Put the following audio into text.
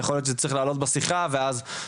יכול להיות שזה צריך לעלות בשיחה, אני